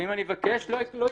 ואם אני מבקש, לא ייתנו לי.